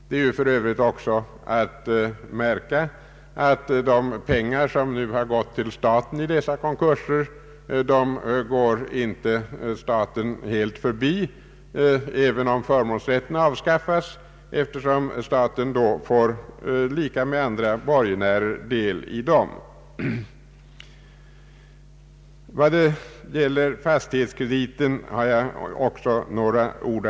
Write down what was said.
Det är ju för övrigt också att märka att de pengar, som har gått till staten i dessa konkurser, inte går staten helt förbi även om förmånsrätten avskaffas, eftersom staten då får del i dem lika med andra borgenärer. Även beträffande fastighetskrediten vill jag anföra några ord.